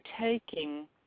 taking